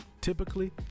Typically